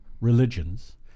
religions